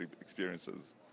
experiences